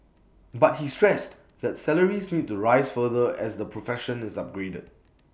but he stressed that salaries need to rise further as the profession is upgraded